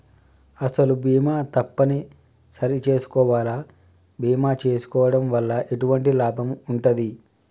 అసలు బీమా తప్పని సరి చేసుకోవాలా? బీమా చేసుకోవడం వల్ల ఎటువంటి లాభం ఉంటది?